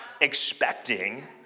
expecting